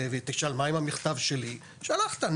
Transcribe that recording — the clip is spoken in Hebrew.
ותשאל מה עם המכתב שלך אז שלחת,